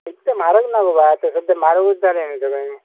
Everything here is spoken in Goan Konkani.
तितलें म्हारग ना गो बाय आतां सद्द्या म्हारगूच जालें सगळें